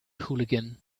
hooligan